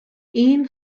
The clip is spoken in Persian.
این